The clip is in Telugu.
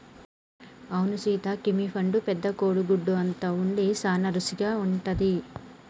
అవును సీత కివీ పండు పెద్ద కోడి గుడ్డు అంత ఉండి సాన రుసిగా ఉంటది